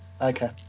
Okay